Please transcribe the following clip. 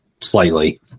slightly